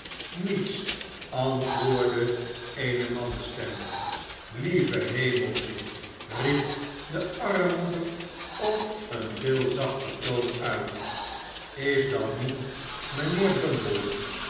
niets antwoordde eene mannenstem lieve hemeltje riep de armmoeder op een veel zachter toon uit is dat niet mijnheer